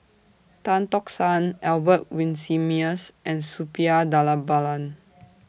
Tan Tock San Albert Winsemius and Suppiah Dhanabalan